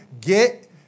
get